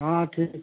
हाँ ठीक है ठीक है